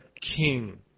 King